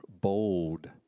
bold